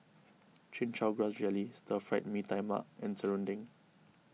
Chin Chow Grass Jelly Stir Fried Mee Tai Mak and Serunding